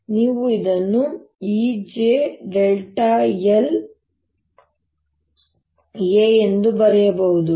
ಮತ್ತು ನೀವು ಇದನ್ನು Ejla ಎಂದು ಬರೆಯಬಹುದು